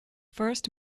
first